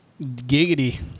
Giggity